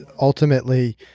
ultimately